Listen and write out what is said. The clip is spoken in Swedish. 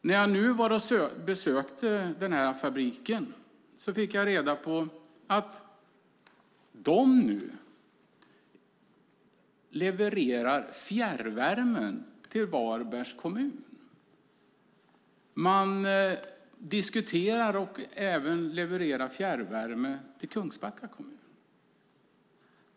När jag nyligen besökte fabriken fick jag veta att de levererar fjärrvärme till Varbergs kommun. De diskuterar att leverera fjärrvärme även till Kungsbacka kommun.